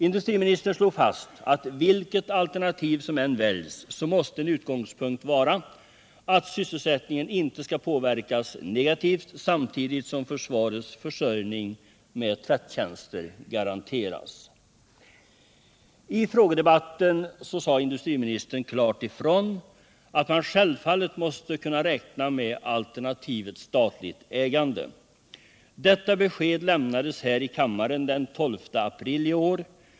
Industriministern slog fast att vilket alternativ som än väljs måste en utgångspunkt vara att sysselsättningen inte skall påverkas negativt, samtidigt som försvarets försörjning med tvättjänster skall garanteras. I frågedebatten sade industriministern klart ifrån att man självfallet måste kunna räkna med alternativet statligt ägande. Detta besked lämnades här i kammaren den 12 april i år.